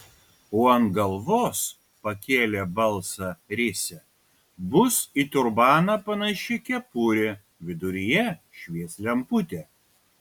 o ant galvos pakėlė balsą risia bus į turbaną panaši kepurė viduryje švies lemputė